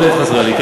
מאוד היית חסרה לי,